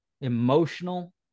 emotional